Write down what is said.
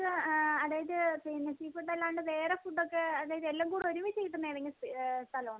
അതായത് പിന്നെ seafood അല്ലാണ്ട് വേറെ ഫുഡൊക്കെ അതായത് എല്ലാം കൂടെ ഒരുമിച്ച് കിട്ടുന്ന ഏതെങ്കിലും സ്ഥ സ്ഥലമുണ്ടോ